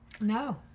No